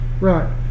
right